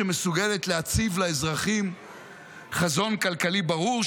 שמסוגלת להציב לאזרחים חזון כלכלי ברור,